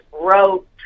wrote